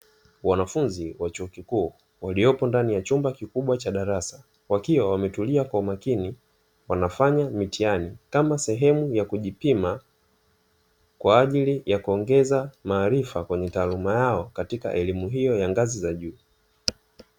Wanafunzi wa chuo kikuu waliopo ndani ya chumba kikubwa cha darasa, wakiwa wametulia kwa umakini wanafanya mitihani kama sehemu ya kujipima, kwa ajili ya kuongeza maarifa kwenye taaluma yao katika elimu hiyo ya ngazi za juu.